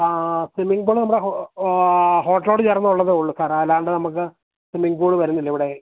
ആ swimming pool നമ്മുടെ ഹോട്ടലിനോടു ചേർന്നുള്ളതേ ഉള്ളൂ സാർ അല്ലാണ്ട് നമുക്ക് സ്വിമ്മിംഗ് പൂൾ വരുന്നില്ല ഇവിടെ